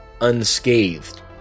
unscathed